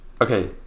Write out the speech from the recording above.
Okay